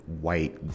white